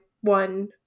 one